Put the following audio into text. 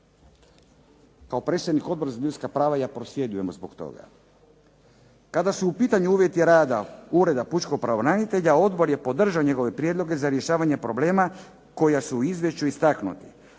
Kao predsjednik Odbora za ljudska prava ja prosvjedujem zbog toga. Kada su u pitanju uvjeti rada Ureda pučkog pravobranitelja, odbor je podržao njegove prijedloge za rješavanje problema koji su u izvješću istaknuti.